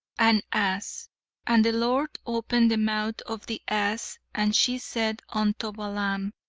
an ass and the lord opened the mouth of the ass and she said unto balaam,